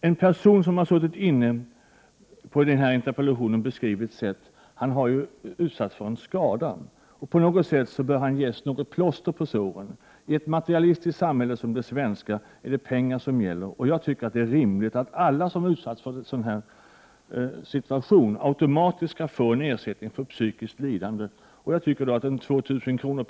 En person som har suttit inne på ett i interpellationen beskrivet sätt har utsatts för en skada. På något sätt bör han ges plåster på såren. I ett materialistiskt samhälle som det svenska är det pengar som gäller. Jag tycker att det är rimligt att alla som har hamnat i en sådan här situation automatiskt skall få en ersättning för psykiskt lidande. Jag tycker då att 2 000 kr.